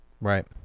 Right